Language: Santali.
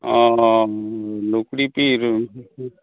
ᱚ ᱞᱩᱠᱲᱤᱯᱤᱲ